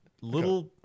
little